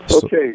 Okay